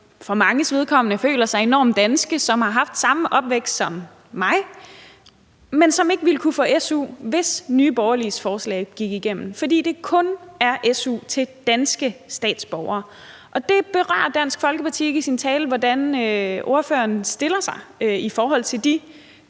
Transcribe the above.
for manges vedkommende føler sig enormt danske, som har haft samme opvækst som mig, men som ikke ville kunne få su, hvis Nye Borgerliges forslag gik igennem, fordi det kun er su til danske statsborgere. Dansk Folkepartis ordfører berører ikke i sin tale, hvordan ordføreren stiller sig i forhold til de